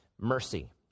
Mercy